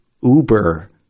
uber